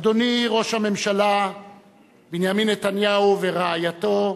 אדוני ראש הממשלה בנימין נתניהו ורעייתו,